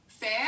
Fair